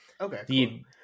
Okay